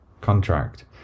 contract